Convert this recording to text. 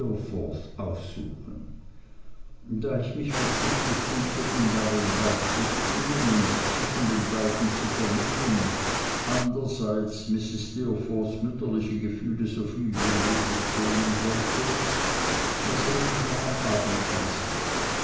steerforth aufsuchen da ich mich verpflichtet fühlte ihm darin beizustehen und zwischen den beiden zu vermitteln andererseits mrs steerforths mütterliche gefühle soviel wie möglich schonen wollte so schrieb ich noch am abend an sie